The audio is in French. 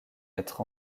être